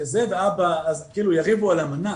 אז יריבו על המנה?